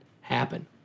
happen